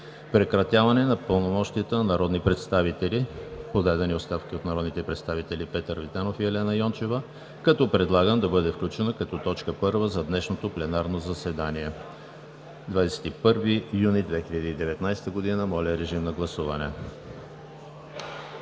Прекратяване пълномощията на народни представители – подадени оставки от народните представители Петър Витанов и Елена Йончева, като предлагам да бъде включена като точка първа за днешното пленарно заседание – 21 юни 2019 г. Моля, гласувайте.